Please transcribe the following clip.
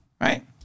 Right